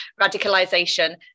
radicalization